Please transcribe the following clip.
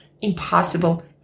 impossible